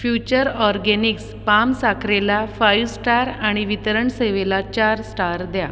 future organics palm साखरेला five star आणि वितरण सेवेला चार स्टार द्या